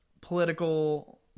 political